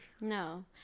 No